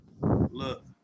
Look